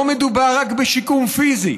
לא מדובר רק בשיקום פיזי,